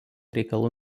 reikalų